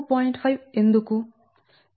5 ఎందుకు